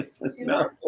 No